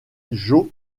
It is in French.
joe